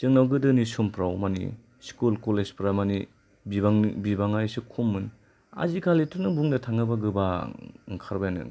जोंनाव गोदोनि समफ्राव मानि स्कुल कलेज फ्रा मानि बिबांनि बिबाङा एसे खम मोन आजिखालिथ' नों बुंनो थाङोबा गोबां ओंखारबायानो ओंखारबाय